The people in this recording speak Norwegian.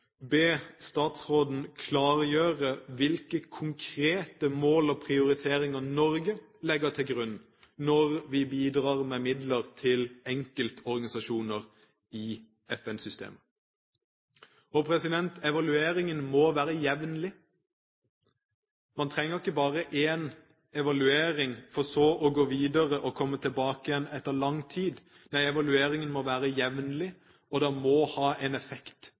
statsråden klargjøre hvilke konkrete mål og prioriteringer Norge legger til grunn når vi bidrar med midler til enkeltorganisasjoner i FN-systemet. Evalueringen må være jevnlig. Man trenger jo ikke bare én evaluering for så å gå videre og komme tilbake igjen etter lang tid. Nei, evalueringen må være jevnlig, og den må ha en effekt.